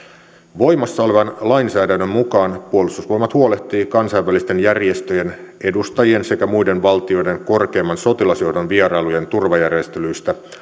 voimassa olevan lainsäädännön mukaan puolustusvoimat huolehtii kansainvälisten järjestöjen edustajien sekä muiden valtioiden korkeimman sotilasjohdon vierailujen turvajärjestelyistä